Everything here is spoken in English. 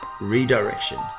Redirection